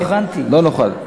לא נוכל.